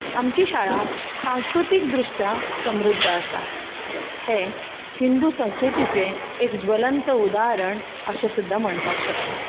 आमची शाळा सांस्कृतीक दृश्टीन समृद्ध आसा हें हिंदू संस्कृतीचें एक ज्वलंत उदाहरण अशें सुद्दां म्हणपाक शकता